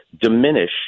diminish